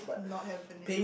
not happening